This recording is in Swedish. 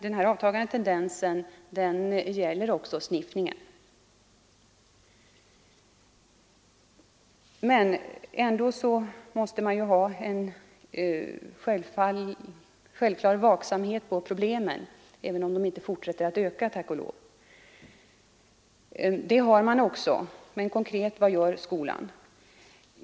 Denna avtagande tendens gäller också sniffningen. Ändå måste man självfallet vara vaksam på problemen, även om de inte fortsätter att öka, tack och lov. Sådan vaksamhet finns också, men konkret: Vad gör skolan?